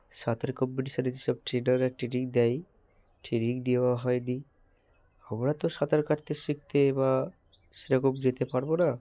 সাঁতার কম্পিটিশানে যেসব ট্রেনাররা ট্রেনিং দেয় ট্রেনিং দেওয়া হয় নি আমরা তো সাঁতার কাটতে শিখতে বা সেরকম যেতে পারবো না